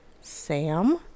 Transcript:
Sam